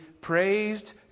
praised